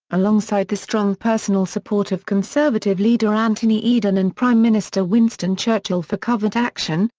alongside the strong personal support of conservative leader anthony eden and prime minister winston churchill for covert action,